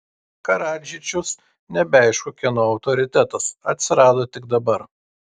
karadžičius nebeaišku kieno autoritetas atsirado tik dabar